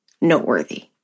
noteworthy